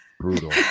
brutal